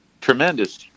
tremendous